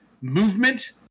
movement